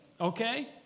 okay